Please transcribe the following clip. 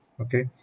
okay